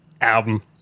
Album